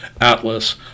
Atlas